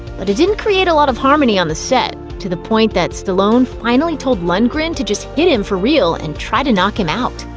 but it didn't create a lot of harmony on the set, to the point that stallone finally told lundgren to just hit him for real and try to knock him out.